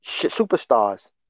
Superstars